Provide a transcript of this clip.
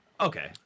Okay